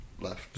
left